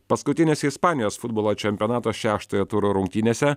paskutinėse ispanijos futbolo čempionato šeštojo turo rungtynėse